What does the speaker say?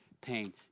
pain